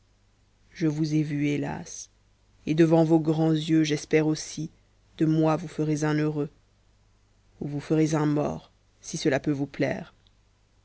je vous ai vue hélas et devant vos grands yeux j'espère aussi de moi vous ferez un heureux ou vous ferez un mort si cela peut vous plaire